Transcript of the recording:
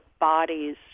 bodies